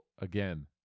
again